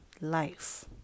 life